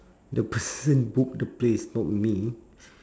the person book the place not me